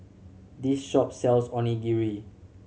this shop sells Onigiri